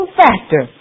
factor